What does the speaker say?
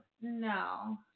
No